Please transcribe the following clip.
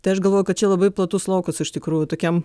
tai aš galvoju kad čia labai platus laukas iš tikrųjų tokiam